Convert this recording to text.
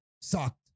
sucked